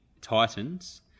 Titans